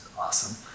awesome